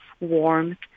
warmth